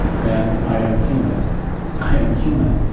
and i am humid i am human.